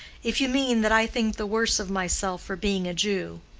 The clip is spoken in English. if you mean that i think the worse of myself for being a jew.